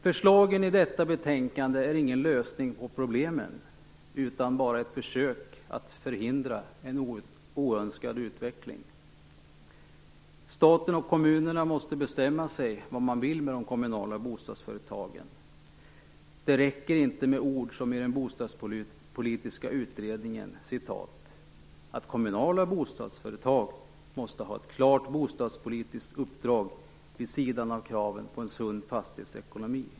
Förslagen i detta betänkande är inte någon lösning på problemen utan bara ett försök att förhindra en oönskad utveckling. Staten och kommunerna måste bestämma sig för vad man vill med de kommunala bostadsföretagen. Det räcker inte med orden i den bostadspolitiska utredningen om att kommunala bostadsföretag måste ha ett klart bostadspolitiskt uppdrag vid sidan av kraven på en sund fastighetsekonomi.